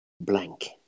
blank